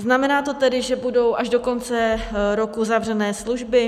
Znamená to tedy, že budou až do konce roku zavřené služby?